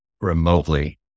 remotely